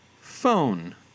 Phone